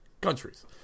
countries